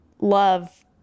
love